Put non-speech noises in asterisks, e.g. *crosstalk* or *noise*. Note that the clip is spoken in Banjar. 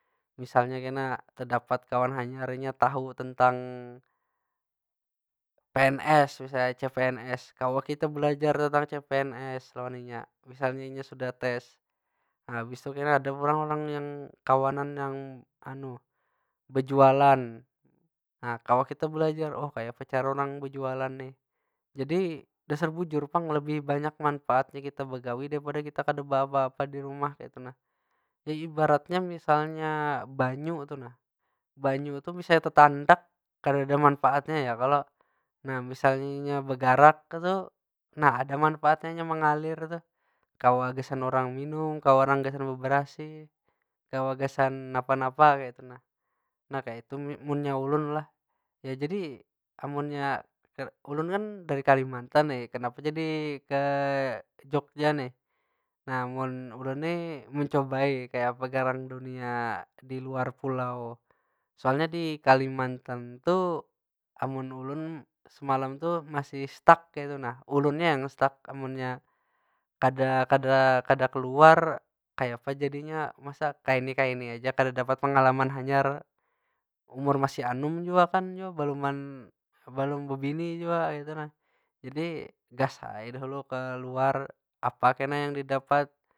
Misalnya kena tedapat kawan hanya inya tahu tentang pns misalnya cpns. Kawa kita belajar tentang cpns lawan inya. Misalnya inya sudah tes. Nah habis tu kena ada pulang orang yang kawanan yang *hesitation* bejualan. Nah kawa kita belajar, oh kayapa cara orang bejualan nih? Jadi dasar bujur pang lebih banyak manpaatnya kita begawi daripada kita kada beapa- apa di rumah katyu nah. Nya ibaratnya misalnya banyu tu nah, banyu tu misalnya tetandak kadeda manpaatnya ya kalo? Nah misalnya inya bagarak tu, nah ada manpaatnya inya mengalir tuh. Kawa gasan urang minum, kawa urang gasan bebarasih, kawa gasan napa- napa kaytu nah. Nah kaytu mun- munnya ulun lah. Ya jadi, amunnya *hesitation* ulun kan dari kalimantan nih. Kenapa jadi ke jogja nih? Nah mun ulun ni, mencobai kayapa garang dunia di luar pulau. Soalnya di kalimantan tu, amun ulun semalam tuh masih stuck kaytu nah, ulunnya yang stuck. Amunnya kada- kada- kada keluar kayapa jadinya masa kayni- kayni aja kada dapat pengalaman hanyar. Umur masih anum jua kan, jua baluman balum bebini jua kaytu nah. Jadi gas ai dahulu kaluar, apa kena yang di dapat.